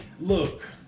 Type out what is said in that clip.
Look